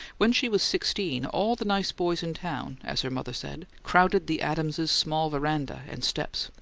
when she was sixteen all the nice boys in town, as her mother said, crowded the adamses' small veranda and steps,